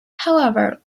however